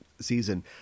season